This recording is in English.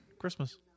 Christmas